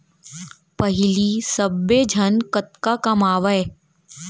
पहिली सब्बे झन कतका कमावयँ